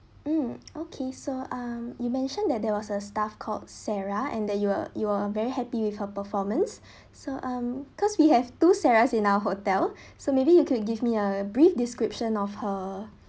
mm okay so um you mentioned that there was a staff called sarah and that you were you were very happy with her performance so um cause we have two sarahs in our hotel so maybe you could give me a brief description of her